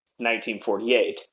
1948